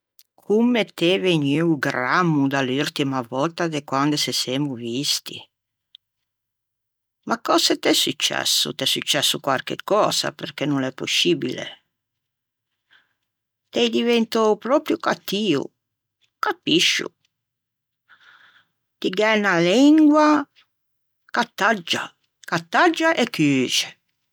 comme t'ê vegnuo grammo da l'urtima vòtta de quande se semmo visti. Ma cöse t'é successo? T'é successo quarchecösa perché no l'é poscibile. T'ê diventou proprio cattio no capiscio. Ti gh'æ 'na lengua ch'a taggia, ch'a taggia e cuxe